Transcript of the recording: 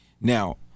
Now